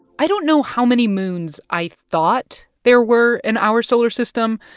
i don't know how many moons i thought there were in our solar system,